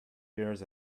years